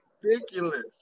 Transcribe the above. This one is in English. Ridiculous